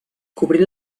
cobrint